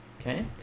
Okay